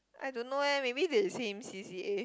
I don't know eh maybe they same C_C_A